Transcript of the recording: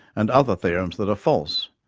and other theorems that are false,